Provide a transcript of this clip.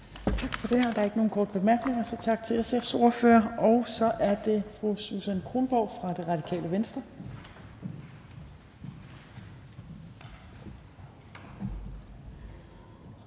Torp): Der er ikke nogen korte bemærkninger, så vi siger tak til SF's ordfører. Og så er det fru Susan Kronborg for Radikale Venstre.